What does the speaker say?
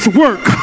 work